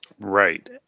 Right